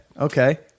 okay